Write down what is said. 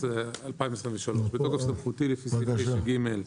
התשפ"ג-2023 בתוקף סמכותי לפי סעיף 9(ג)